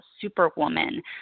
superwoman